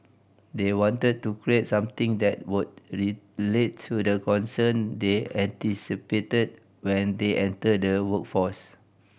they wanted to create something that would relate to the concern they anticipated when they enter the workforce